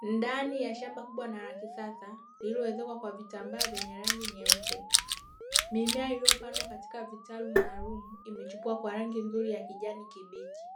Ndani ya shamba kubwa na la kisasa lililowezeka kwa vitambaa vyenye rangi nyeupe, mimea iliyopandwa katika vitalu maalum imechukua kwa rangi nzuri ya kijani kibichi,